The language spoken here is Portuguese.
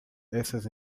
essas